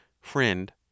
Friend